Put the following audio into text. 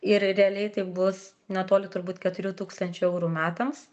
ir realiai tai bus netoli turbūt keturių tūkstančių eurų metams